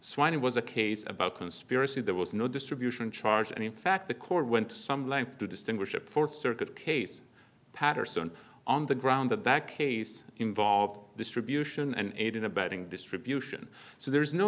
it was a case about conspiracy there was no distribution charge and in fact the court went to some length to distinguish it for circuit case paterson on the ground that that case involved distribution and aiding abetting distribution so there's no